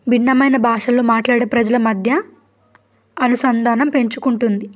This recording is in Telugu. భిన్నమైన భాషల్లో మాట్లాడే ప్రజల మధ్య అనుసంధానం పెంచుకుంటుంది